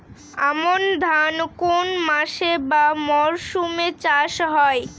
আমন ধান কোন মাসে বা মরশুমে চাষ হয়?